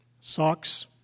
socks